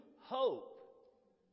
hope